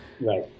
Right